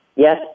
Yes